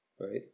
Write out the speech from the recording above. right